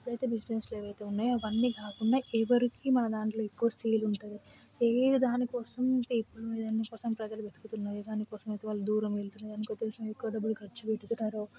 ఇప్పుడైతే బిజినెస్లు ఏవైతే ఉన్నాయో అవన్నీ కాకుండా ఎవరికి మా దాంట్లో ఎక్కువ సేల్ ఉంటుంది ఏ దానికోసం ఏ దానికోసం ప్రజలు వెతుకుతున్నారు ఏ దానికోసం అయితే వాళ్ళు దూరం వెళుతున్నారో ఏ దానికోసం అయితే వాళ్ళు ఎక్కువ డబ్బులు ఖర్చు పెడుతున్నారో